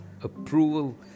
approval